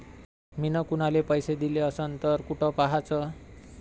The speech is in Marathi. मिन कुनाले पैसे दिले असन तर कुठ पाहाचं?